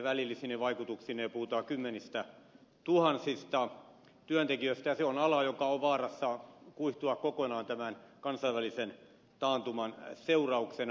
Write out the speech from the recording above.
välillisine vaikutuksineen puhutaan kymmenistätuhansista työntekijöistä ja se on ala joka on vaarassa kuihtua kokonaan tämän kansainvälisen taantuman seurauksena